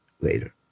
later